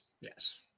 yes